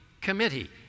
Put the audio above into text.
committee